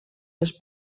les